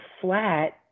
flat